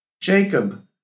Jacob